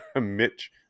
Mitch